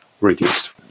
reduced